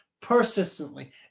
persistently